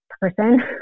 person